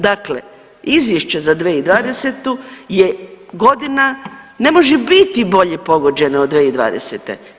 Dakle, Izvješće za 2020. je godina ne može biti bolje pogođena od 2020.